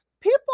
People